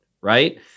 right